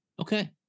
Okay